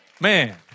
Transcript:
Man